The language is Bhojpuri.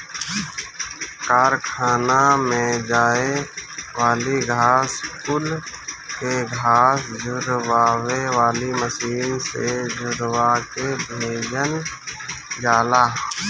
कारखाना में जाए वाली घास कुल के घास झुरवावे वाली मशीन से झुरवा के भेजल जाला